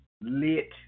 lit